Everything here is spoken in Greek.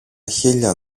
χείλια